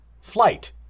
Flight